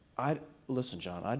i listen john. and